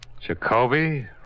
Jacoby